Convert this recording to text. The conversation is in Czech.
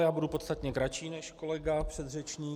Já budu podstatně kratší než kolega předřečník.